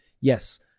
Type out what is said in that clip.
yes